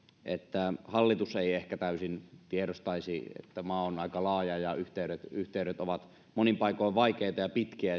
että hallitus ei ehkä täysin tiedostaisi että maa on aika laaja ja yhteydet yhteydet ovat monin paikoin vaikeita ja pitkiä